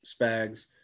Spags